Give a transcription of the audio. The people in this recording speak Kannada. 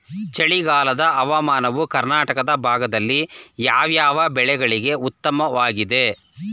ಚಳಿಗಾಲದ ಹವಾಮಾನವು ಕರ್ನಾಟಕದ ಭಾಗದಲ್ಲಿ ಯಾವ್ಯಾವ ಬೆಳೆಗಳಿಗೆ ಉತ್ತಮವಾಗಿದೆ?